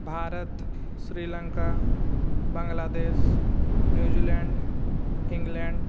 Bharat Sri Lanka Bangladesh New Zealand England